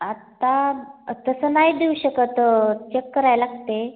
आत्ता तसं नाही देऊ शकत चेक कराय लागतं आहे